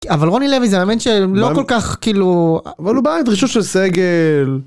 אבל רוני לוי זה מאמן שלא כל כך כאילו אבל הוא בא עם דרישות של סגל.